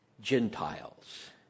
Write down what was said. Gentiles